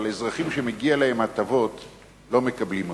אבל אזרחים שמגיעות להם הטבות לא מקבלים אותן.